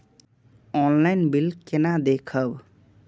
Online bill केना देखब?